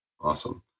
Awesome